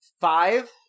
five